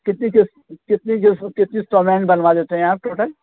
کتنی قسط کتنی قسط کتنی اسٹالمنٹ بنوا دیتے ہیں آپ ٹوٹل